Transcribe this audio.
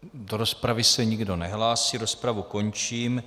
Do rozpravy se nikdo nehlásí, rozpravu končím.